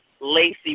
Lacey